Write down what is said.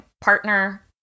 partner